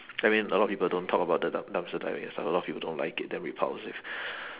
I mean a lot of people don't talk about the dum~ dumpster diving stuff a lot of people don't like it damn repulsive